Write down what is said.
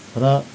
र